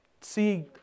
see